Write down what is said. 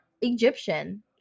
Egyptian